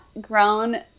grown